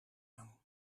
aan